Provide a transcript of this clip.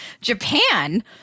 Japan